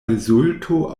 rezulto